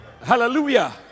hallelujah